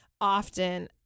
often